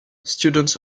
students